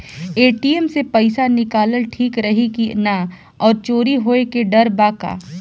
ATM से पईसा निकालल ठीक रही की ना और चोरी होये के डर बा का?